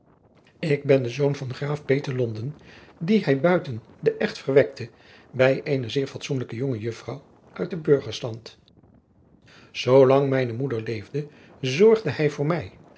k ben de zoon van den raaf te onden dien hij buiten den echt verwekte bij eene zeer fatsoenlijke jonge juffrouw uit den burgerstand oolang mijne moeder leefde zorgde hij voor mij